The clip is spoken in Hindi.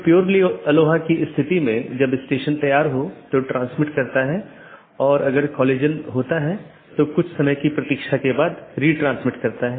किसी भी ऑटॉनमस सिस्टमों के लिए एक AS नंबर होता है जोकि एक 16 बिट संख्या है और विशिष्ट ऑटोनॉमस सिस्टम को विशिष्ट रूप से परिभाषित करता है